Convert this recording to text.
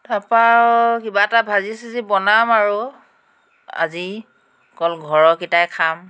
তাৰপৰা আৰু কিবা এটা ভাজি চাজি বনাম আৰু আজি অকল ঘৰৰকেইটাই খাম